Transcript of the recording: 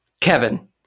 Kevin